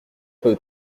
peu